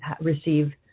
receive